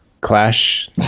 clash